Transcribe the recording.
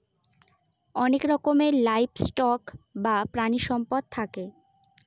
অনেক রকমের livestock বা প্রানীসম্পদ থাকে